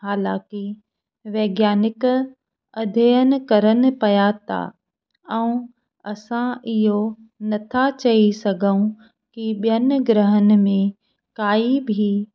हालाकी वैज्ञानिक अध्यन करण पिया था ऐं असां इहो नथा चई सघूं की ॿियनि ग्रहनि में काई बि